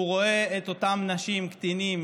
הוא רואה את אותם נשים, קטינים